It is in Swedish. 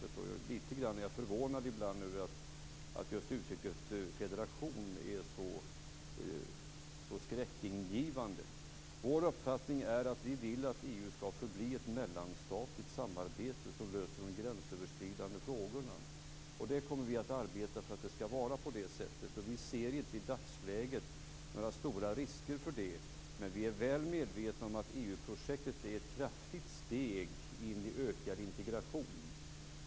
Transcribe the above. Ibland är jag lite grann förvånad över att just uttrycket federation är så skräckingivande. Vår uppfattning är att vi vill att EU skall förbli ett mellanstatligt samarbete som löser de gränsöverskridande frågorna. Vi kommer att arbeta för att det skall vara på det sättet. Vi ser inte i dagsläget några stora risker, men vi är väl medvetna om att EU-projektet är ett stort steg in i ökad integration.